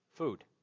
food